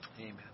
Amen